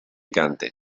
canta